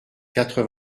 quatre